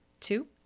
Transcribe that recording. Two